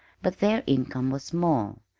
but their income was small,